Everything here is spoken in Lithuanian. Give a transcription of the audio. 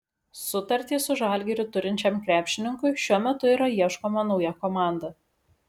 sutartį su žalgiriu turinčiam krepšininkui šiuo metu yra ieškoma nauja komanda